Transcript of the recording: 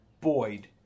Boyd